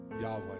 Yahweh